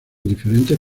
diferentes